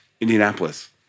Indianapolis